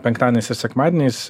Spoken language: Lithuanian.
penktadieniais ir sekmadieniais